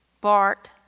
Bart